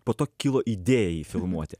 po to kilo idėja jį filmuoti